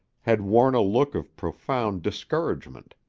had worn a look of profound discouragement.